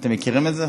אתם מכירים את זה?